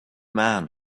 man